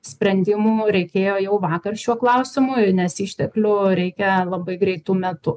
sprendimų reikėjo jau vakar šiuo klausimu i nes išteklių reikia labai greitu metu